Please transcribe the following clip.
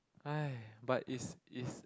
!hai! but is is